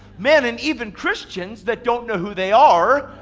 man, and even christians that don't know who they are,